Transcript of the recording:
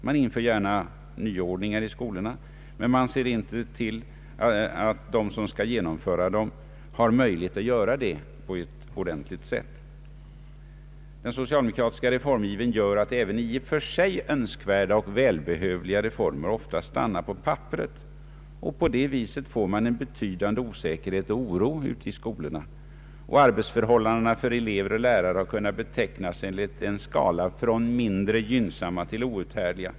Man inför gärna nyordning i skolorna, men man ser inte till att de som skall genomföra den har möjlighet att göra det på ett ordentligt sätt. Den socialdemokratiska reformivern gör att även i och för sig önskvärda och välbehövliga reformer ofta stannar på papperet. På det sättet får man en betydande oro ute i skolorna, och arbetsförhållandena för elever och lärare har kunnat betecknas enligt en skala från ”mindre gynnsamma” till ”outhärdliga”.